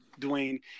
Dwayne